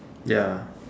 ya